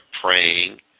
praying